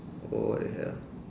what the hell